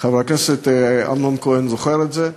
חבר הכנסת אמנון כהן זוכר את זה,